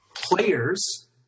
players